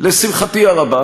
לשמחתי הרבה,